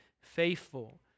faithful